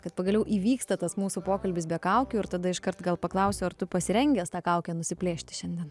kad pagaliau įvyksta tas mūsų pokalbis be kaukių ir tada iškart gal paklausiu ar tu pasirengęs tą kaukę nusiplėšti šiandien